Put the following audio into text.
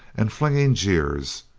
and flinging jeers,